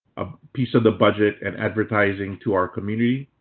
a piece of the budget and advertising to our community.